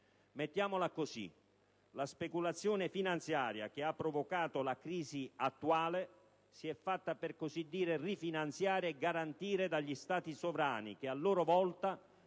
Mettiamola così: la speculazione finanziaria che ha provocato la crisi attuale si è fatta, per così dire, rifinanziare e garantire dagli Stati sovrani che a loro volta